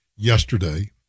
yesterday